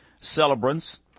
celebrants